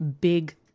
big